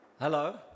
Hello